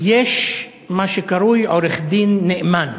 יש מה שקרוי: עורך-דין נאמן.